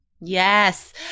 Yes